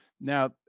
now